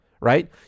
right